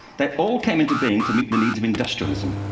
they all came into being to meet the needs of industrialism.